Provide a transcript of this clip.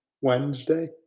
Wednesday